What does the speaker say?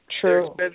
True